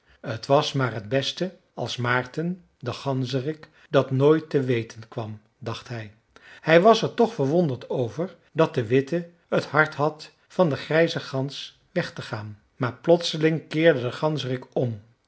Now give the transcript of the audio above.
t was maar t beste als maarten de ganzerik dat nooit te weten kwam dacht hij hij was er toch verwonderd over dat de witte het hart had van de grijze gans weg te gaan maar plotseling keerde de ganzerik om